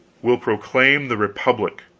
we'll proclaim the republic.